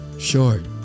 Short